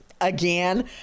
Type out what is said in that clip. again